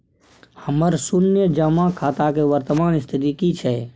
हमर शुन्य जमा खाता के वर्तमान स्थिति की छै?